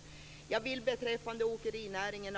Avslutningsvis vill jag beträffande åkerinäringen